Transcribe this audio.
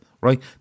right